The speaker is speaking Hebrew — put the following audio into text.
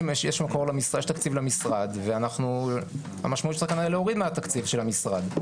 יש תקציב והמשמעות היא שצריך להוריד מהתקציב של המשרד.